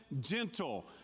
gentle